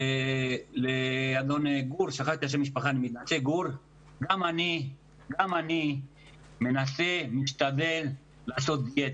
אדון גור, גם אני מנסה, משתדל, לעשות דיאטה.